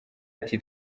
ati